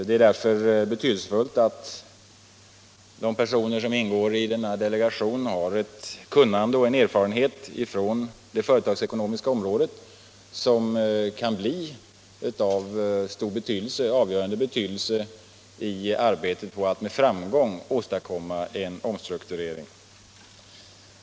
Det är därför betydelsefullt att de personer som ingår i delegationen har ett kunnande och en erfarenhet från det företagsekonomiska området, som kan bli av avgörande betydelse i arbetet på att med framgång åstadkomma en omstrukturering.